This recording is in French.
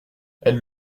elles